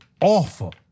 awful